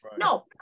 No